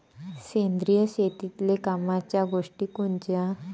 सेंद्रिय शेतीतले कामाच्या गोष्टी कोनच्या?